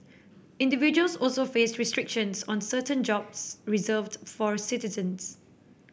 individuals also face restrictions on certain jobs reserved for citizens